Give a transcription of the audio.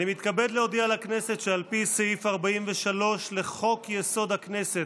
אני מתכבד להודיע לכנסת שעל פי סעיף 43 לחוק-יסוד: הכנסת,